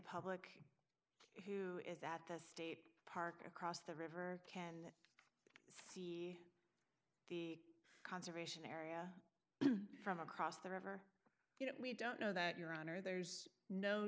public who is that the state park across the river can the conservation area from across the river you know we don't know that your honor there's no